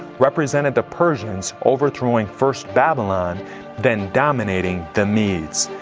represented the persians overthrowing first babylon then dominating the medes.